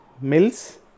Mills